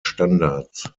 standards